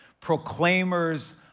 proclaimers